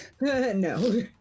no